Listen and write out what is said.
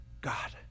God